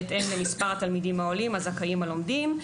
בהתאם למספר התלמידים העולים הזכאים הלומדים בו.